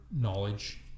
knowledge